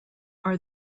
are